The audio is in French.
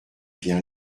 bien